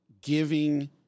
giving